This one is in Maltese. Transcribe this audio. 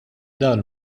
dan